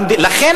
לכן,